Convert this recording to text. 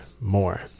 more